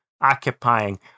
occupying